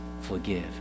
forgive